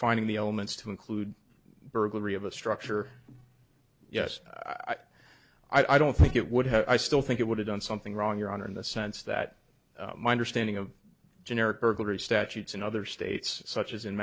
defining the elements to include burglary of a structure yes i do i don't think it would have i still think it would have done something wrong your honor in the sense that my understanding of generic burglary statutes in other states such as in